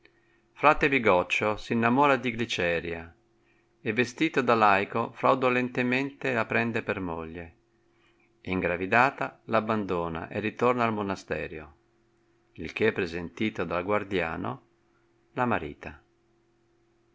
frate bigoccio s innamora di gliceria e vestito da laico fo dolente mente a prende per moglie e ingravidata l abbandona e ritorna al monasterio il che presentito dal guardiano la marita